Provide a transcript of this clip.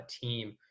team